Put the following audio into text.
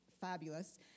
fabulous